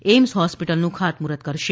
AIIMS હોસ્પિટલનું ખાતમુહુર્ત કરશે